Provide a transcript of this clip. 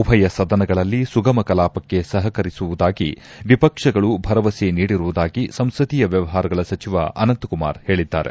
ಉಭಯ ಸದನಗಳಲ್ಲಿ ಸುಗಮ ಕಲಾಪಕ್ಕೆ ಸಹಕರಿಸುವುದಾಗಿ ವಿಪಕ್ಷಗಳು ಭರವಸೆ ನೀಡಿರುವುದಾಗಿ ಸಂಸದೀಯ ವ್ಲವಹಾರಗಳ ಸಚಿವ ಅನಂತ್ ಕುಮಾರ್ ಹೇಳಿದ್ದಾರೆ